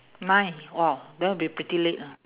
nine !wah! that will be pretty late ah